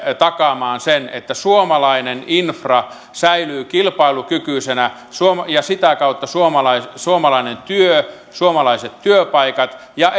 takaamaan sen että suomalainen infra säilyy kilpailukykyisenä ja sitä kautta suomalainen työ suomalaiset työpaikat ja